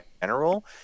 general